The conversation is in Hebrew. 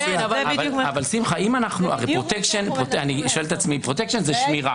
שמחה, פרוטקשן זה שמירה.